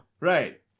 Right